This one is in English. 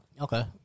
Okay